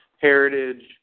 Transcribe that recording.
heritage